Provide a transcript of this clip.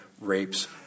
rapes